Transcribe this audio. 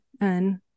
and-